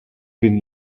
been